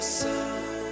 sun